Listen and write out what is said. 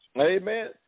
Amen